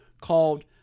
called